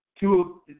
Two